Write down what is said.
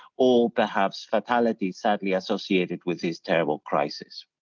all perhaps fatalities sadly associated with these terrible crisis.